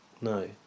No